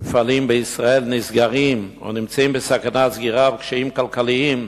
מפעלים בישראל נסגרים או נמצאים בסכנת סגירה וקשיים כלכליים,